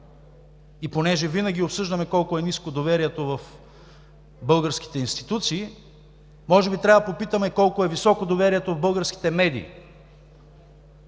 понеже винаги обсъждаме колко е ниско доверието в българските институции, може би трябва да попитаме: колко е високо доверието в българските медии,